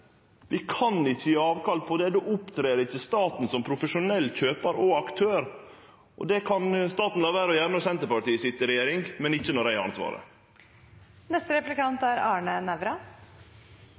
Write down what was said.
Vi kan ikkje gje avkall på det; då opptrer ikkje staten som profesjonell kjøpar og aktør. Det kan staten la vere å gjere når Senterpartiet sit i regjering, men ikkje når eg har ansvaret. Pris er